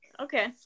Okay